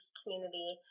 community